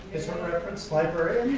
is a reference librarian